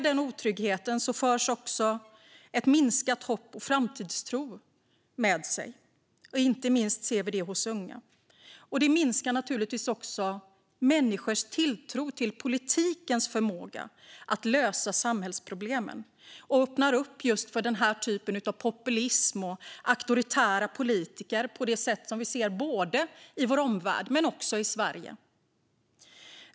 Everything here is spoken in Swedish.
Denna otrygghet för också med sig minskat hopp och minskad framtidstro; vi ser detta inte minst hos unga. Det minskar naturligtvis också människors tilltro till politikens förmåga att lösa samhällsproblemen och öppnar upp för den typ av populism och auktoritära politiker som vi ser både i vår omvärld och i Sverige.